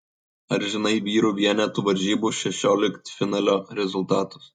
ar žinai vyrų vienetų varžybų šešioliktfinalio rezultatus